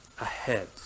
ahead